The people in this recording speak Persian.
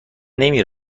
نمی